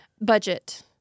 Budget